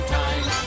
time